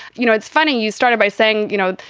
you know, it's funny. you started by saying, you know,